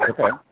Okay